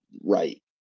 right